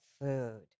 food